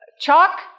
chalk